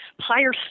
higher